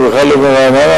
שהוא בכלל לא ברעננה,